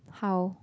how